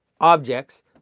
objects